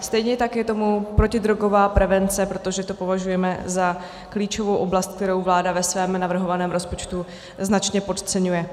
Stejně je tak tomu v protidrogové prevenci, protože to považujeme za klíčovou oblast, kterou vláda ve svém navrhovaném rozpočtu značně podceňuje.